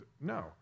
no